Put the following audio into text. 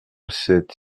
sept